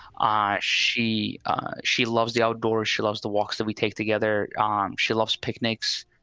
i she she loves the outdoors. she loves the walks that we take together. um she loves picnics